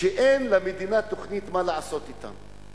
שאין למדינה תוכנית מה לעשות אתם.